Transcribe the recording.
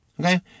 Okay